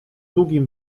długim